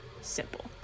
simple